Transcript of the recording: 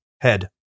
head